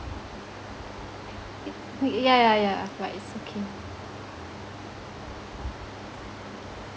eh yeah yeah yeah but it's okay